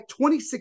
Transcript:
26